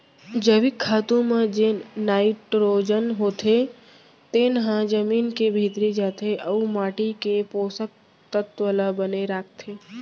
जैविक खातू म जेन नाइटरोजन होथे तेन ह जमीन के भीतरी जाथे अउ माटी के पोसक तत्व ल बने राखथे